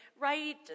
right